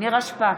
נירה שפק,